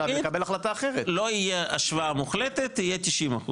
לא יהיה השוואה מוחלטת יהיה 90%,